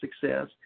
success